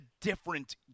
different